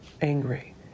angry